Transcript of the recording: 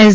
S